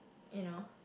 you know